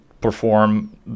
perform